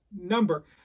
number